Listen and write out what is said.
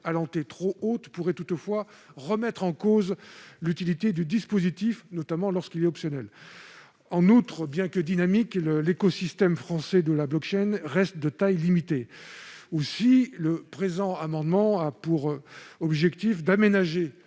à l'entrée pourrait toutefois remettre en cause l'utilité du dispositif, notamment lorsqu'il est optionnel. En outre, bien que dynamique, l'écosystème français de la reste de taille limitée. Aussi, le présent amendement a pour objet d'aménager